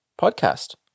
podcast